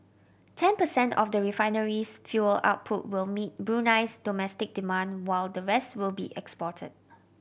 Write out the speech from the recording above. ten percent of the refinery's fuel output will meet Brunei's domestic demand while the vest will be exported